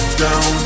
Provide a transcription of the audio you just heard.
down